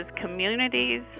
communities